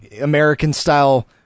American-style